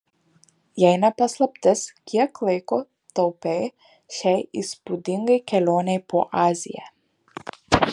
jei ne paslaptis kiek laiko taupei šiai įspūdingai kelionei po aziją